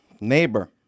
neighbor